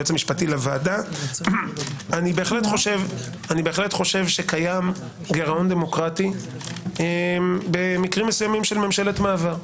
אני חושב שקיים גירעון דמוקרטי במקרים מסוימים של ממשלת מעבר.